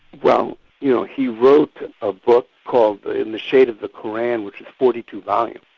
well you know he wrote a book called in the shade of the qu'ran which is forty two volumes,